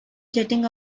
jetting